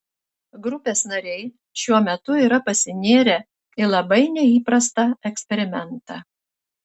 grupės nariai šiuo metu yra pasinėrę į labai neįprastą eksperimentą